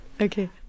Okay